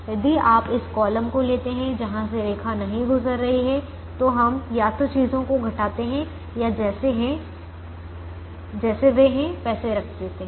यदि आप इस कॉलम को लेते हैं जहाँ से रेखा नहीं गुजर रही तो हम या तो चीजों को घटाते हैं या जैसे वे हैं वैसे रख देते हैं